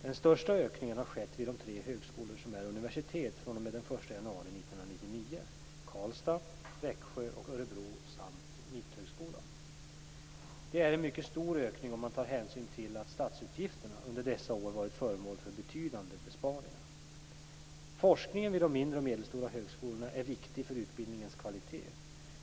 Den största ökningen har skett vid de tre högskolor som är universitet från och med den 1 Mitthögskolan. Det är en mycket stor ökning om man tar hänsyn till att statsutgifterna under dessa år varit föremål för betydande besparingar. Forskningen vid de mindre och medelstora högskolorna är viktig för utbildningens kvalitet.